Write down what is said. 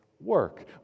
work